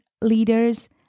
leaders